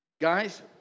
Guys